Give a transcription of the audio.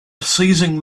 seizing